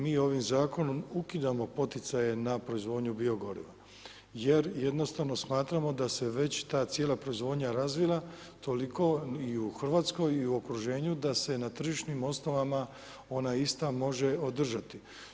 Mi ovim Zakonom ukidamo poticaje na proizvodnje bio goriva jer jednostavno smatramo da se već ta cijela proizvodnja razvila toliko i u RH i u okruženju da se na tržišnim osnovama ona ista može održati.